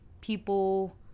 people